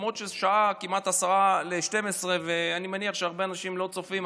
ולמרות שהשעה כמעט 23:50 ואני מניח שהרבה אנשים לא צופים,